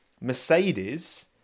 Mercedes